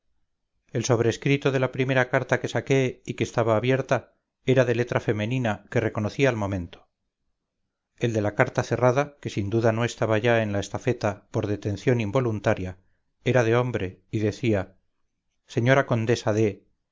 el sobrescrito de la primera carta que saqué y que estaba abierta era de letra femenina que reconocí al momento el de la carta cerrada que sin duda no estaba ya en la estafeta por detención involuntaria era de hombre y decía señora condesa de